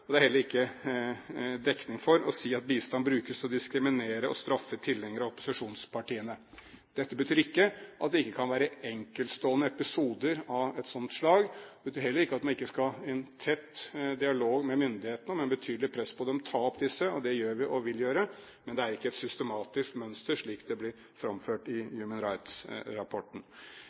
Det er heller ikke dekning for å si at bistand brukes til å diskriminere og straffe tilhengere av opposisjonspartiene. Dette betyr ikke at det ikke kan være enkeltstående episoder av et slikt slag. Det betyr heller ikke at man ikke skal ha en tett dialog med myndighetene og med betydelig press på dem ta opp disse. Det gjør vi, og det vil vi gjøre. Men det er ikke et systematisk mønster slik det blir framført i Human